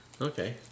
Okay